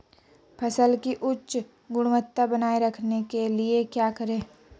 फसल की उच्च गुणवत्ता बनाए रखने के लिए क्या करें?